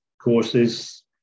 courses